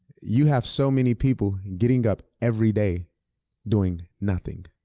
you have so many people getting up every day doing nothing,